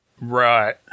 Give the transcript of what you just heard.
Right